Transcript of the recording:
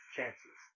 Chances